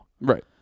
Right